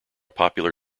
popular